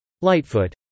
Lightfoot